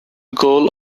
goal